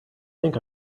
think